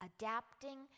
adapting